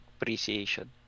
appreciation